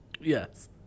yes